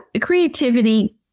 creativity